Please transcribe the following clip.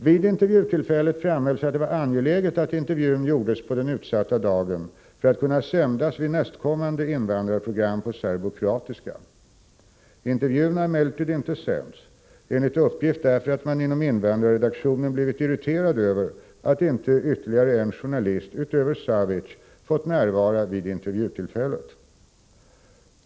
Vid intervjutillfället framhölls att det var angeläget att intervjun gjordes på den utsatta dagen för att kunna sändas vid nästkommande invandrarprogram på serbokroatiska. Intervjun har emellertid inte sänts, enligt uppgift därför att man inom invandrarredaktionen blivit irriterad över att inte ytterligare en journalist, förutom Savic, fått närvara vid intervjutillfället.